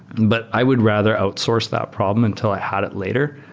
but i would rather outsource that problem until i had it later.